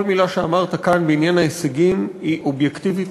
כל מילה שאמרת כאן בעניין ההישגים היא אובייקטיבית,